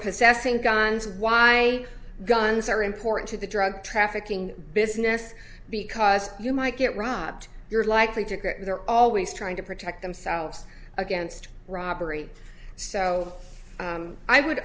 possessing guns why guns are important to the drug trafficking business because you might get rived you're likely to get they're always trying to protect themselves against robbery so i would